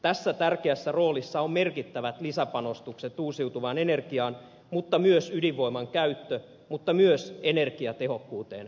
tässä tärkeässä roolissa on merkittävät lisäpanostukset uusiutuvaan energiaan mutta myös ydinvoiman käyttö ja myös energiatehokkuuteen panostaminen